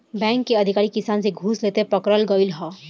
bank के अधिकारी किसान से घूस लेते पकड़ल गइल ह